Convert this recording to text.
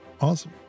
Awesome